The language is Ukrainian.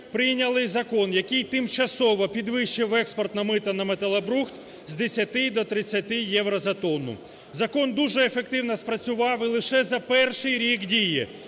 прийняли закон, який тимчасово підвищив експортне мито на металобрухт з 10 до 30 євро за тонну. Закон дуже ефективно спрацював і лише за перший рік дії